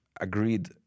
agreed